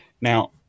Now